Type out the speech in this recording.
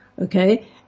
Okay